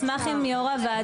בתקנות שהן יותר מורכבות ליישום,